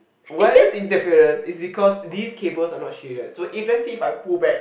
why there's interference is because these cables are not shaded so if let's say if I pull back